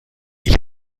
ich